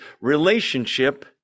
relationship